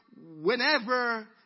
whenever